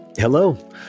Hello